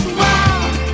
wow